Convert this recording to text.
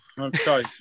Okay